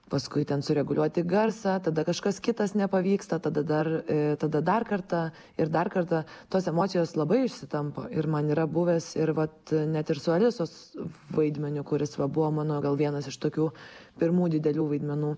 paskui ten sureguliuoti garsą tada kažkas kitas nepavyksta tada dar tada dar kartą ir dar kartą tos emocijos labai išsitampo ir man yra buvęs ir vat net ir su alisos vaidmeniu kuris va buvo mano gal vienas iš tokių pirmų didelių vaidmenų